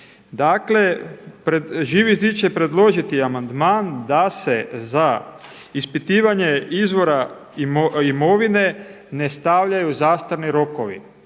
Dakle Živi zid će predložiti amandman da se za ispitivanje izvora imovine ne stavljaju zastarni rokovi,